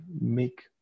make